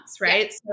right